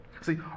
See